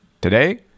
today